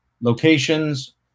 locations